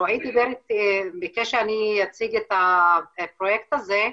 רועי ביקש שאני אציג את הפרויקט הזה,